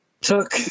took